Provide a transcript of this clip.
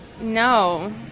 No